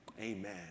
Amen